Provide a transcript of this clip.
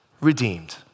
redeemed